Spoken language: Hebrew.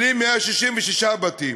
166 בתים,